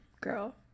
girl